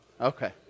Okay